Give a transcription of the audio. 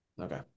Okay